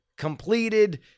completed